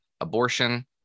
abortion